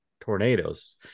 tornadoes